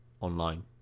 online